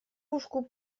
łóżku